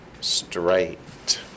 straight